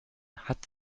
hat